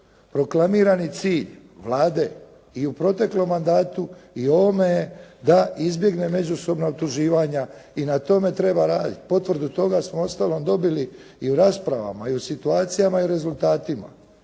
Proklamirani cilj Vlade i u proteklom mandatu i ovome je da izbjegne međusobna istraživanja i na tome treba raditi, potvrdu toga smo uostalom dobili i u raspravama i u situacijama i u rezultatima,